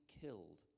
killed